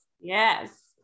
Yes